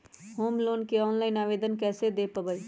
Home loan के online आवेदन कैसे दें पवई?